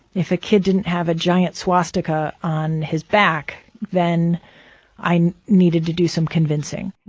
if a kid didn't have a giant swastika on his back, then i needed to do some convincing